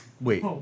Wait